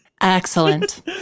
Excellent